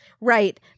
Right